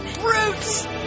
brutes